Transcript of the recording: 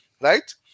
right